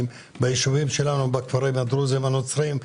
בכפרים הדרוזיים הנוצריים,